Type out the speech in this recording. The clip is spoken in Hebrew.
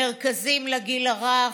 מרכזים לגיל הרך,